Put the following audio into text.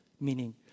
meaning